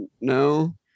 No